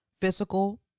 physical